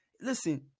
listen